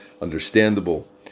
understandable